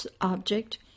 object